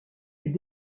est